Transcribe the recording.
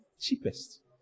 cheapest